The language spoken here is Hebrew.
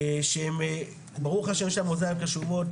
שהם ברוך השם יש להם אוזניים קשובות,